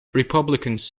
republicans